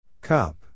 Cup